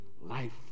Life